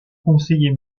conseiller